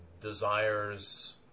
desires